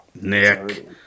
Nick